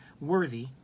worthy